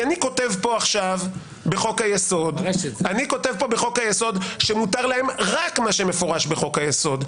כי אני כותב פה בחוק היסוד שמותר להם רק מה שמפורש בחוק היסוד.